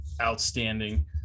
outstanding